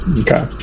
okay